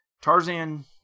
Tarzan